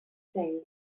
change